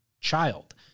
child